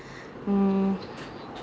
mm